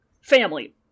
family